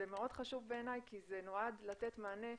זה מאוד חשוב בעיניי כי זה נועד לתת מענה,